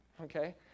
okay